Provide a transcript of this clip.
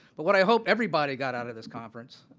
but what i hope everybody got out of this conference,